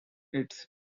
its